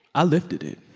i lifted it.